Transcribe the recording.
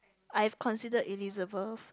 I've considered Elizabeth